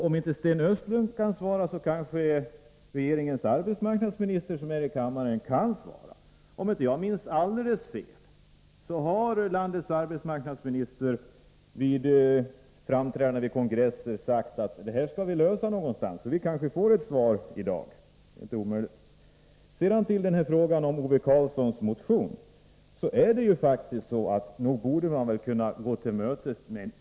Om Sten Östlund inte kan svara, kan kanske regeringens arbetsmarknadsminister som är i kammaren göra det. Om jag inte minns alldeles fel har landets arbetsmarknadsminister vid framträdanden på kongresser sagt att frågan skall lösas. Det är alltså inte omöjligt att vi får ett svar i dag. Sedan till Ove Karlssons motion. Nog borde man kunna gå med på en översyn.